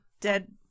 dead